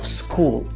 school